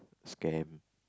scam